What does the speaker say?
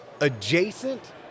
Adjacent